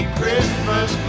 Christmas